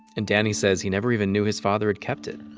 and danny says he never even knew his father had kept it